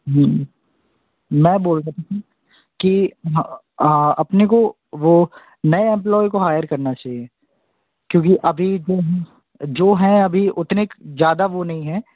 जी मैं बोल रहा हूँ कि अपने को वो नए एम्प्लाॅए काे हायर करना चाहिए क्योंकि अभी जो हैं जो हैं अभी उतने ज़्यादा वो नहीं हैं